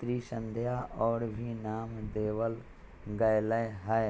त्रिसंध्या और भी नाम देवल गैले है